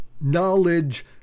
knowledge